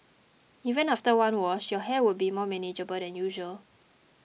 even after one wash your hair would be more manageable than usual